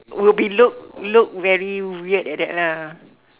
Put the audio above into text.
would be look look very weird like that lah